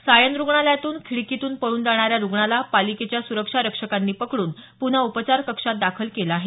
सायन रुग्णालयातून खिडकीतून पळून जाणाऱ्या रुग्णाला पालिकेच्या सुरक्षा रक्षकांनी पकडून पुन्हा उपचार कक्षात दाखल केलं आहे